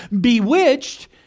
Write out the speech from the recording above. bewitched